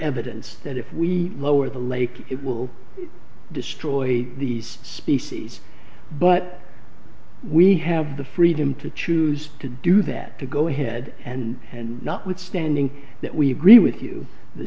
evidence that if we lower the lake it will destroy the species but we have the freedom to choose to do that to go ahead and notwithstanding that we agree with you the